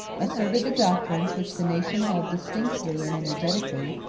asserted the doctrines which the nation held distinctly and energetically,